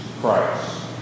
Christ